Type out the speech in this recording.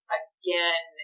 again